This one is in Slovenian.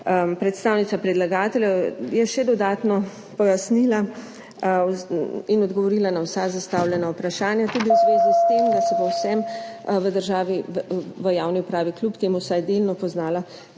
Predstavnica predlagateljev je še dodatno pojasnila in odgovorila na vsa zastavljena vprašanja, tudi v zvezi s tem, da se bo vsem v državi, v javni upravi kljub temu vsaj delno poznalo